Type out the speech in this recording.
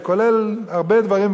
שזה כולל הרבה דברים,